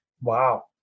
Wow